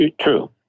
True